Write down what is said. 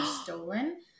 stolen